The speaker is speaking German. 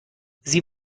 sie